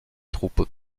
troupes